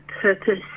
purpose